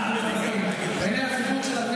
שבו